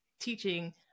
teaching